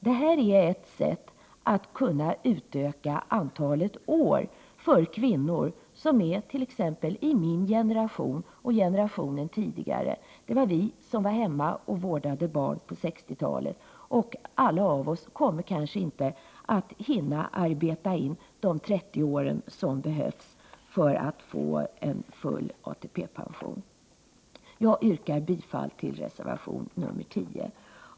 Detta är ett sätt att öka antalet år för kvinnor som är t.ex. i min generation och en tidigare generation. Det var vi som var hemma och vårdade barn på 60-talet, och alla kommer kanske inte att hinna arbeta in de 30 år som behövs för att man skall få full ATP. Jag yrkar bifall till reservation nr 10.